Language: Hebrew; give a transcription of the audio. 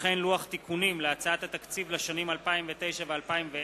לוח תיקונים להצעת התקציב לשנים 2009 ו-2010,